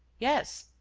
yes,